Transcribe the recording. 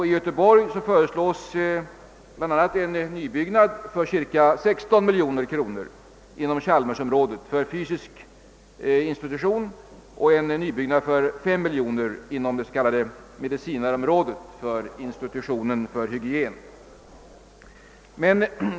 I Göteborg föreslås bl.a. en nybyggnad för cirka 16 miljoner kronor inom chalmersområdet för fysisk institution och en nybyggnad för 5 miljoner kronor inom det s.k. medicinarområdet för institutionen för hygien.